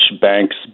banks